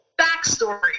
backstory